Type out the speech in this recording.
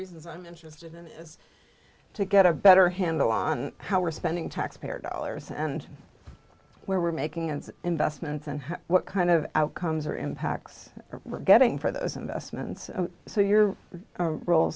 reasons i'm interested in is to get a better handle on how we're spending taxpayer dollars and where we're making and investments and what kind of outcomes are impacts we're getting for those investments so your role